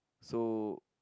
so